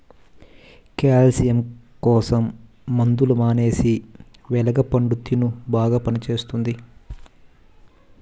calcium కోసం మందులు మానేసి వెలగ పండు తిను బాగా పనిచేస్తది